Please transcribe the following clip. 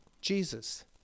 Jesus